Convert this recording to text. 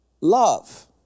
love